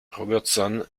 robertson